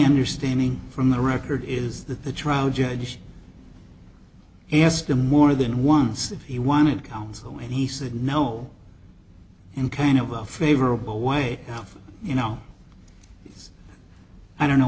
understanding from the record is that the trial judge asked him more than once if he wanted counsel and he said no and kind of a favorable way you know i don't know